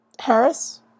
Harris